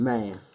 Man